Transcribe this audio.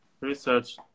research